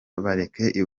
bareke